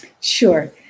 Sure